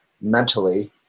mentally